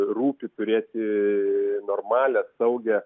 rūpi turėti normalią saugią